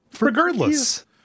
regardless